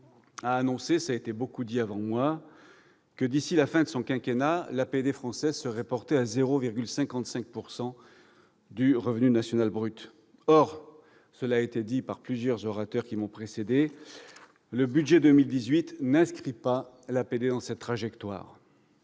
avant moi, l'ont beaucoup dit -que d'ici la fin de son quinquennat, l'APD française serait portée à 0,55 % du revenu national brut. Or- cela a été dit par plusieurs des orateurs qui m'ont précédé -le budget pour 2018 n'inscrit pas la France dans cette trajectoire.